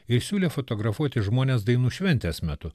ir siūlė fotografuoti žmones dainų šventės metu